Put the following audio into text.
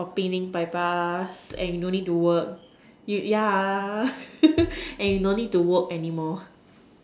or Penang by bus and you don't need to work yeah and you no need to work anymore